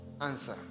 answer